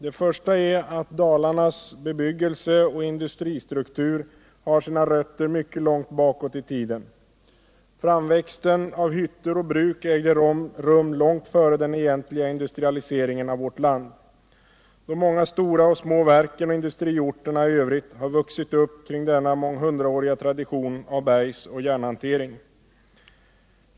Det första är att Dalarnas bebyggelseoch industristruktur har sina rötter mycket långt bakåt i tiden. Framväxten av hyttor och bruk ägde rum långt före den egentliga industrialiseringen av vårt land. De många stora och små verken och industriorterna i övrigt har vuxit upp kring denna månghundraåriga tradition av bergsoch järnhantering.